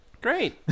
Great